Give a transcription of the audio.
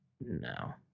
No